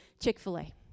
Chick-fil-A